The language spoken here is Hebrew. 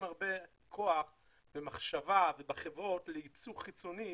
הרבה כוח ומחשבה בחברות לייצור חיצוני,